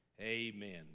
Amen